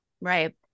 Right